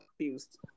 confused